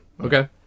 Okay